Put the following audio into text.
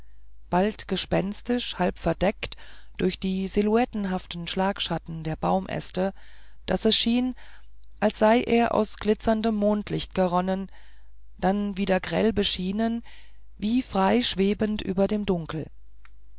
bald gespenstisch halb verdeckt durch die silhouettenhafte schlagschatten der baumäste daß es schien als sei er aus glitzerndem mondlicht geronnen dann wieder grell beschienen wie frei schwebend über dem dunkel